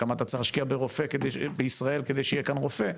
כמה אתה צריך להשקיע ברופא בישראל כדי שיהיה כאן רופא,